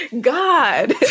god